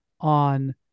on